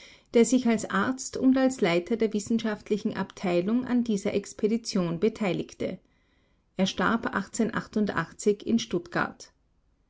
der sich als arzt und als leiter der wissenschaftlichen abteilung an dieser expedition beteiligte er starb in